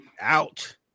Out